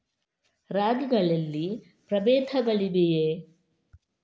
ರಾಗಿಗಳಲ್ಲಿ ಪ್ರಬೇಧಗಳಿವೆಯೇ?